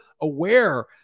aware